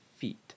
feet